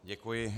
Děkuji.